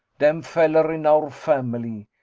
dem fallar in our family.